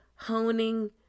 Honing